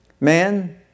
Man